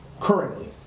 currently